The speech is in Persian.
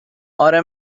اره